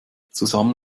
zusammen